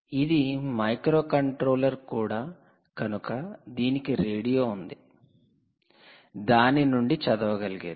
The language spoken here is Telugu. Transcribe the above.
ఇది మైక్రోకంట్రోలర్ కూడా కనుక దీనికి రేడియో ఉంది దాని నుండి చదవగలిగేది